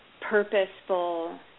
purposeful